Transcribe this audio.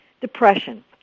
Depression